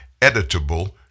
editable